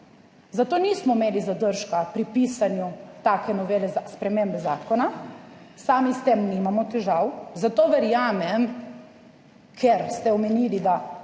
zato nismo imeli zadržka pri pisanju take novele, spremembe zakona, sami s tem nimamo težav, zato verjamem, ker ste omenili, da